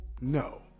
no